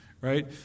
right